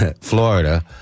Florida